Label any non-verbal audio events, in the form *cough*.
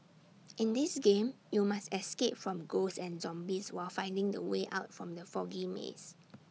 *noise* in this game you must escape from ghosts and zombies while finding the way out from the foggy maze